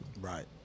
right